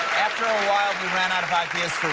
after a while we ran out of ideas.